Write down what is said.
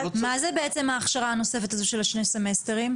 מה זה בעצם ההכשרה הנוספת הזו של שני הסמסטרים?